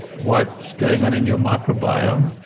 what's going on in your microbiome.